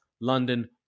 London